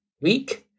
week